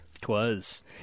Twas